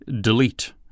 DELETE